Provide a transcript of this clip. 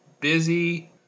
busy